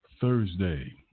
Thursday